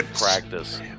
practice